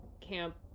camp